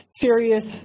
serious